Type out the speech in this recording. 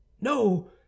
no